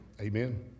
Amen